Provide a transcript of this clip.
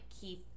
Keith